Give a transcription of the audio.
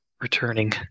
returning